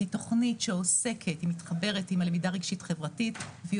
היא תוכנית שהיא מתחברת עם הלמידה הרגשית-חברתית והיא